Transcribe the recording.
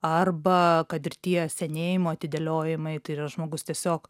arba kad ir tie senėjimo atidėliojimai tai yra žmogus tiesiog